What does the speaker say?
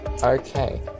Okay